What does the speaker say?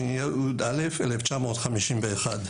התשי"א-1951.